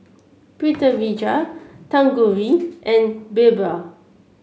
Pritiviraj Tanguturi and BirbaL